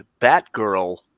Batgirl